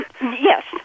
Yes